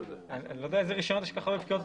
אני לא יודע באיזה רישיון יש פקיעה אוטומטית.